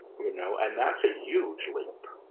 me know. and that's a huge leap.